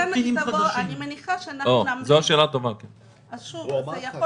אז שוב, זה יכול